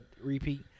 repeat